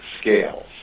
scales